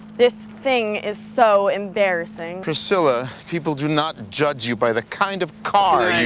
this thing is so embarrassing. priscilla, people do not judge you by the kind of car.